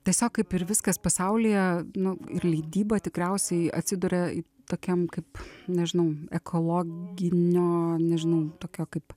tiesiog kaip ir viskas pasaulyje nu ir leidyba tikriausiai atsiduria tokiam kaip nežinau ekologinio nežinau tokio kaip